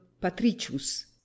patricius